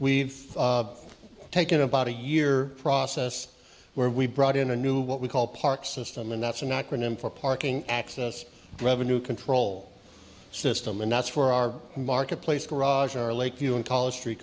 we've taken about a year process where we brought in a new what we call park system and that's not going in for parking access revenue control system and that's where our marketplace garage our lakeview and college street